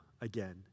again